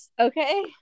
Okay